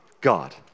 God